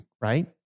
right